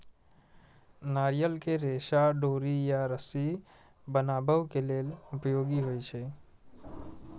नारियल के रेशा डोरी या रस्सी बनाबै लेल उपयोगी होइ छै